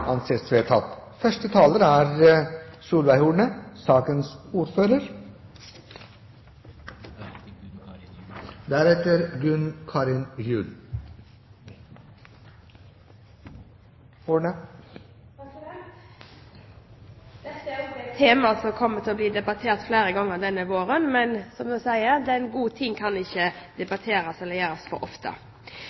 anses vedtatt. Dette er også et tema som kommer til å bli debattert flere ganger denne våren, men som det sies, en god ting kan ikke gjøres for ofte.